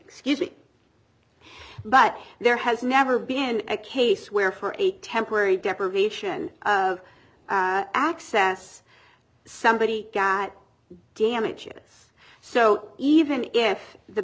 excuse me but there has never been a case where for a temporary deprivation of access somebody's got damages so even if the